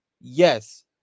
yes